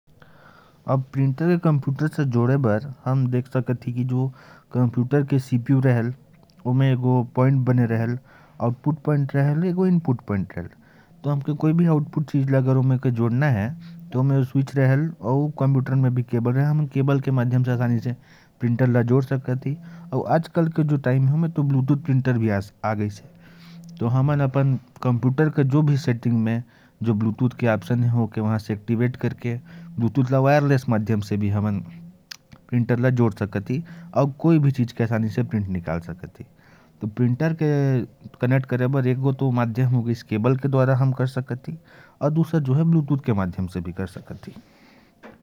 प्रिंटर को कंप्यूटर से जोड़ने के लिए, एक केबल के माध्यम से किया जा सकता है और ब्लूटूथ के माध्यम से भी जोड़ा जा सकता है। किसी भी चीज का आसानी से प्रिंट निकाल सकते हैं।